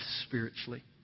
spiritually